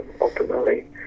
ultimately